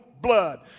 blood